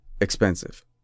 expensive